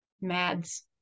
Mads